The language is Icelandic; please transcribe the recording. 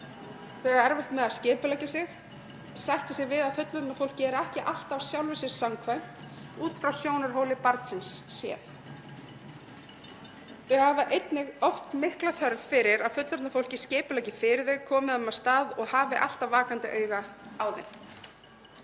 eiga erfitt með að skipuleggja sig og sætta sig við að fullorðna fólki sé ekki alltaf sjálfu sér samkvæmt út frá sjónarhóli barnsins séð. Þau hafa einnig oft mikla þörf fyrir að fullorðna fólkið skipuleggi fyrir þau, komi þeim af stað og hafi alltaf vakandi auga á þeim.